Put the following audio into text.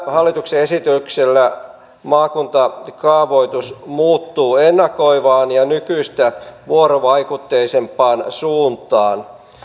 hallituksen esityksellä maakuntakaavoitus muuttuu ennakoivaan ja nykyistä vuorovaikutteisempaan suuntaan